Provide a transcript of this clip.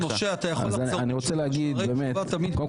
אני רוצה להגיד קודם כול